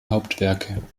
hauptwerke